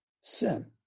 sin